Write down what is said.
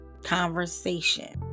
conversation